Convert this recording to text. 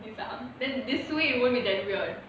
nizam then this way it won't be that weird